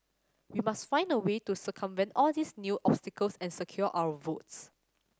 we must find a way to circumvent all these new obstacles and secure our votes